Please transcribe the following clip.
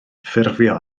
ffurfio